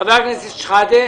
חבר הכנסת שחאדה.